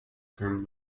term